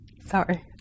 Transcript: sorry